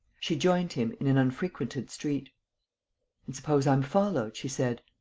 she joined him in an unfrequented street and suppose i'm followed? she said.